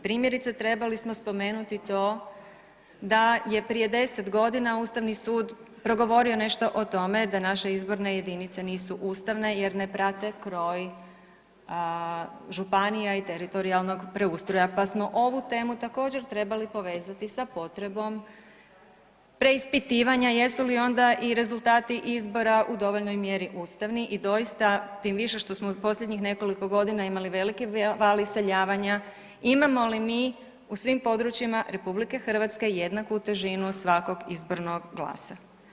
Primjerice trebali smo spomenuti to da je prije 10 godina Ustavni sud progovorio nešto o tome da naše izborne jedinice nisu ustavne jer ne prate kroj županija i teritorijalnog preustroja, pa smo ovu temu također trebali povezati sa potrebom preispitivanja jesu li onda i rezultati izbora u dovoljnoj mjeri ustavni i doista tim više što smo u posljednjih nekoliko godina imali veliki val iseljavanja, imamo li mi u svim područjima RH jednaku težinu svakog izbornog glasa.